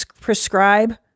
Prescribe